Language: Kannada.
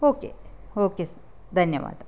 ಓಕೆ ಓಕೆ ಸ್ ಧನ್ಯವಾದ